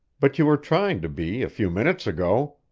but you were trying to be a few minutes ago.